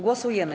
Głosujemy.